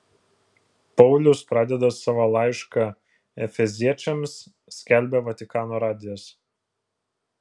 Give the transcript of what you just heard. paulius pradeda savo laišką efeziečiams skelbia vatikano radijas